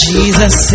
Jesus